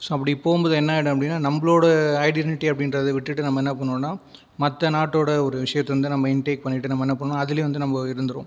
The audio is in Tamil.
ஸோ அப்படி போகும்போது என்ன ஆகிடும் அப்படின்னால் நம்மளோடய ஐடினிட்டி அப்படின்றதை விட்டுவிட்டு நம்ம என்ன பண்ணுவோம்ன்னால் மற்ற நாட்டோடய ஒரு விஷயத்தை வந்து நம்ம இன்டேக் பண்ணிவிட்டு நம்ம என்ன பண்ணுவோம் அதுலேயே வந்து நம்ம இருந்துவிடுவோம்